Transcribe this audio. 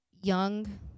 young